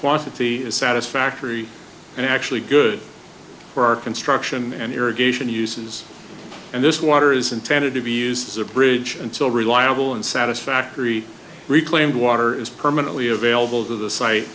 quantity is satisfactory and actually good for our construction and irrigation uses and this water is intended to be used as a bridge until reliable and satisfactory reclaimed water is permanently available to the site